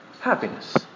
Happiness